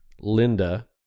Linda